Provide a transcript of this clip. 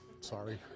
Sorry